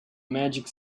magic